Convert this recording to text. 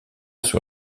sur